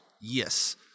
Yes